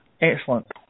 Excellent